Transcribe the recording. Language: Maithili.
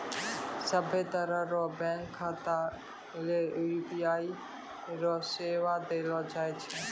सभ्भे तरह रो बैंक खाता ले यू.पी.आई रो सेवा देलो जाय छै